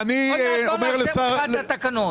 עוד מעט לא נעשה בכלל את התקנות.